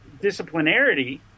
disciplinarity